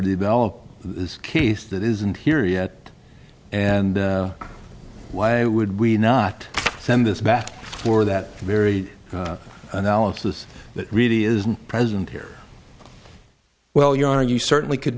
develop this case that isn't here yet and why would we not send this back for that very analysis that really isn't present here well your honor you certainly could